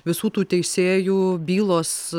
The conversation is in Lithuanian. visų tų teisėjų bylos